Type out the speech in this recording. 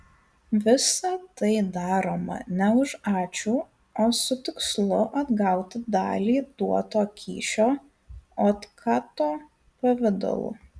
visa tai daroma ne už ačiū o su tikslu atgauti dalį duoto kyšio otkato pavidalu